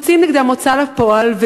הם בעצם מוציאים נגדם הוצאה לפועל.